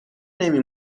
نمی